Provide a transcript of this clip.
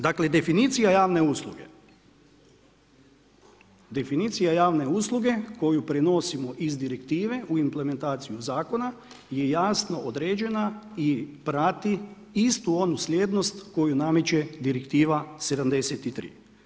Dakle, definicija javne usluge, definicija javne usluge koju prenosimo iz direktive u implementaciju zakona, je jasno određena i prati istu onu slijednost koju nameće direktiva 73.